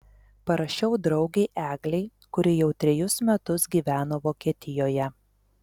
parašiau draugei eglei kuri jau trejus metus gyveno vokietijoje